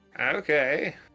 Okay